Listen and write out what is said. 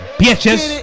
bitches